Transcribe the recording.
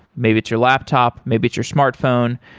maybe it's your laptop, maybe it's your smartphone.